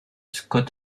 scott